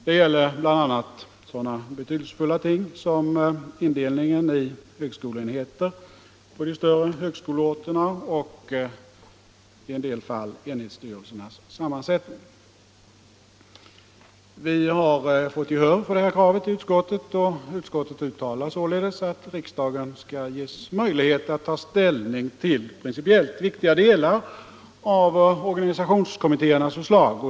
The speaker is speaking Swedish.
Det gäller bl.a. sådana betydelsefulla ting som indelningen i högskoleenheter på de större högskoleorterna och i en del fall enhetsstyrelsernas sammansättning. Vi har fått gehör för detta krav i utskottet, och utskottet uttalar således att riksdagen skall ges möjlighet att ta ställning till principiellt viktiga delar av organisationskommitté ernas förslag.